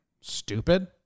stupid